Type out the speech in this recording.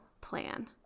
plan